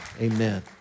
Amen